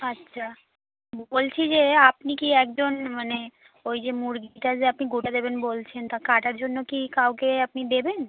আচ্ছা বলছি যে আপনি কি একজন মানে ওই যে মুরগিটা যে আপনি গোটা দেবেন বলছেন তা কাটার জন্য কি কাউকে আপনি দেবেন